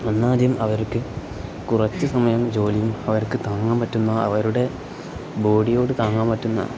ഒന്ന് ആദ്യം അവർക്ക് കുറച്ച് സമയം ജോലിയും അവർക്ക് താങ്ങാൻ പറ്റുന്ന അവരുടെ ബോഡിയോട് താങ്ങാൻ പറ്റുന്ന